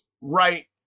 right